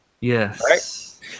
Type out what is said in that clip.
Yes